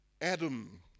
Adam